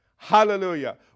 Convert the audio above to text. Hallelujah